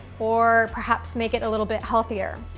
or perhaps make it a little bit healthier.